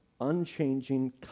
unchanging